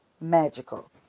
magical